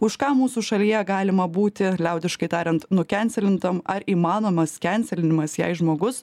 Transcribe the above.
už ką mūsų šalyje galima būti liaudiškai tariant nukencelintam ar įmanomas kencelinimas jei žmogus